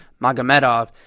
Magomedov